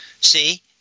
See